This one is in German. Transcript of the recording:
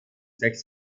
sechs